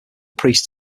priest